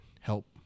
help